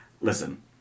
Listen